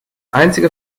einzige